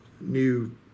new